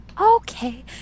Okay